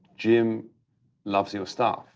jim loves your stuff.